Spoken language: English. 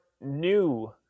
new